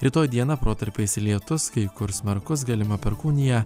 rytoj dieną protarpiais lietus kai kur smarkus galima perkūnija